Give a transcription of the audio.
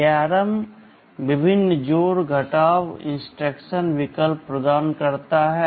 ARM विभिन्न जोड़ और घटाव इंस्ट्रक्शन विकल्प प्रदान करता है